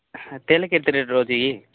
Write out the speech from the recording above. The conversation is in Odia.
ହାଁ ତେଲ କେତେ ରେଟ୍ର ଅଛି କି